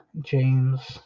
James